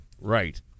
Right